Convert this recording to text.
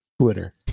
Twitter